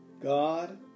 God